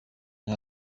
nka